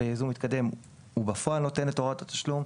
ובייזום מתקדם הוא נותן את הוראת התשלום בפועל.